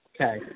Okay